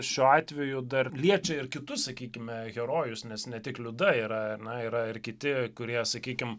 šiuo atveju dar liečia ir kitus sakykime herojus nes ne tik liuda yra na yra ir kiti kurie sakykim